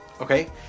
okay